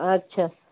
ଆଚ୍ଛା